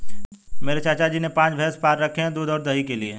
मेरे चाचा जी ने पांच भैंसे पाल रखे हैं दूध और दही के लिए